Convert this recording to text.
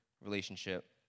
relationship